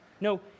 No